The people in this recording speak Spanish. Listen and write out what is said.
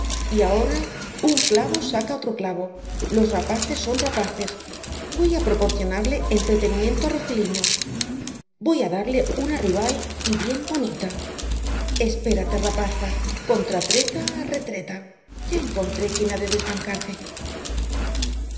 y ahora un clavo saca otro clavo los rapaces son rapaces voy á proporcionarle entretenimiento á rogeliño voy á darte una rival y bien bonita espérate rapaza contra treta retreta ya encontré quien ha de desbancarte